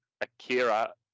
Akira